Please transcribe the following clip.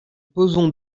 posons